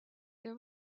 their